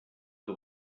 que